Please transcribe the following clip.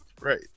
Right